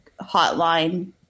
hotline